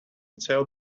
cell